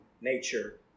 nature